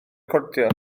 recordio